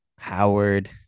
howard